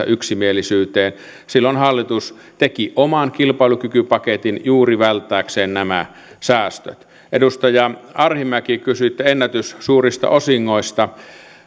yksimielisyyteen silloin hallitus teki oman kilpailukykypaketin juuri välttääkseen nämä säästöt edustaja arhinmäki kysyitte ennätyssuurista osingoista